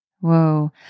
Whoa